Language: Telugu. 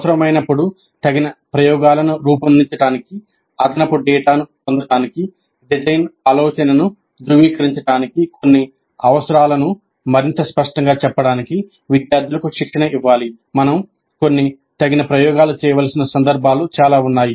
అవసరమైనప్పుడు తగిన ప్రయోగాలను రూపొందించడానికి అదనపు డేటాను పొందడానికి డిజైన్ ఆలోచనను ధృవీకరించడానికి కొన్ని అవసరాలను మరింత స్పష్టంగా చెప్పడానికి విద్యార్థులకు శిక్షణ ఇవ్వాలి మనం కొన్ని తగిన ప్రయోగాలు చేయవలసిన సందర్భాలు చాలా ఉన్నాయి